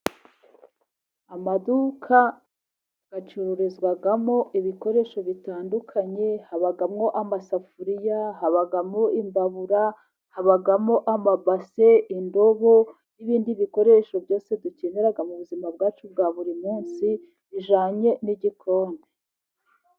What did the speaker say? Amaduka acururizwamo ibikoresho bitandukanye : habamo amasafuriya ,habamo imbabura , habamo amabase , indobo n'ibindi bikoresho byose dukenera mu buzima bwacu bwa buri munsi bijanye n'igikoni.